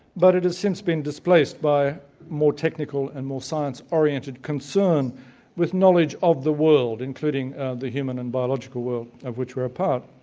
but it has since been displaced by more technical and more science-oriented concern with knowledge of the world, including the human and biological world of which we are a part.